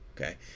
okay